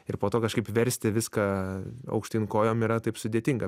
ir po to kažkaip versti viską aukštyn kojom yra taip sudėtinga